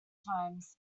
times